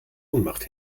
ohnmacht